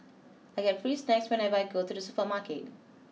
I get free snacks whenever I go to the supermarket